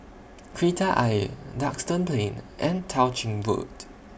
Kreta Ayer Duxton Plain and Tao Ching Road